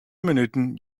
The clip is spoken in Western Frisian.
minuten